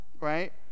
right